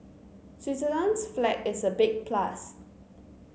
Switzerland's flag is a big plus